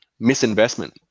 Misinvestment